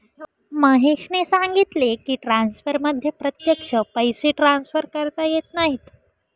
महेशने सांगितले की, ट्रान्सफरमध्ये प्रत्यक्ष पैसे ट्रान्सफर करता येत नाहीत